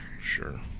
Sure